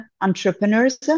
Entrepreneurs